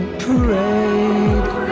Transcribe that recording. parade